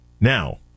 Now